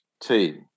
team